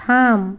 থাম